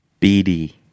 BD